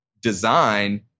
design